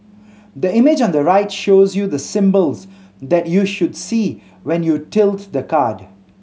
the image on the right shows you the symbols that you should see when you tilts the card